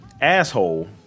Asshole